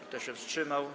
Kto się wstrzymał?